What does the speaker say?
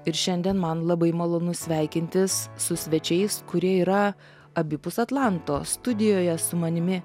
ir šiandien man labai malonu sveikintis su svečiais kurie yra abipus atlanto studijoje su manimi